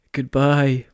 Goodbye